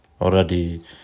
already